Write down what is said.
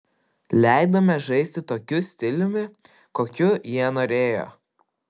leidome žaisti tokiu stiliumi kokiu jie norėjo